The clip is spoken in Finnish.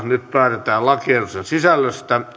nyt päätetään lakiehdotusten sisällöstä